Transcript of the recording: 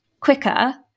quicker